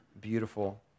beautiful